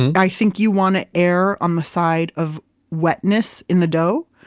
i think you want to err on the side of wetness in the dough.